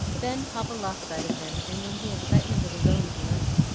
then papa lost sight of him, and in the excitement of his own illness,